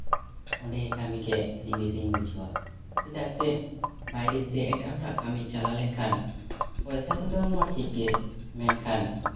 ᱚᱸᱰᱮᱜᱮ ᱠᱟᱹᱢᱤᱜᱮ ᱟᱹᱰᱤ ᱵᱮᱥᱮᱧ ᱵᱩᱡᱷᱟᱹᱣᱟ ᱪᱮᱫᱟᱜ ᱥᱮ ᱵᱟᱭᱨᱮ ᱥᱮ ᱮᱴᱟᱜ ᱦᱚᱲᱟᱜ ᱠᱟᱹᱢᱤ ᱪᱟᱞᱟᱣ ᱞᱮᱱᱠᱷᱟᱱ ᱯᱚᱭᱥᱟ ᱫᱠᱚ ᱮᱢᱚᱜᱼᱟ ᱴᱷᱤᱠ ᱜᱮ ᱢᱮᱱᱠᱷᱟᱱ